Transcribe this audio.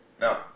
Now